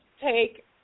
take